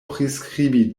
priskribi